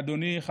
אני נורא מצטער,